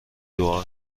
دعا